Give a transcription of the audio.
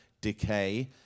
decay